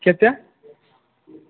कतेक